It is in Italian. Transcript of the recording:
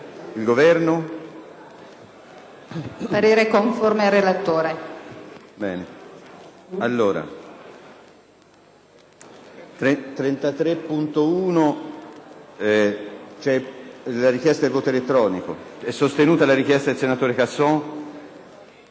del Governo e` conforme al relatore.